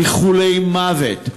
איחולי מוות,